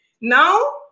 Now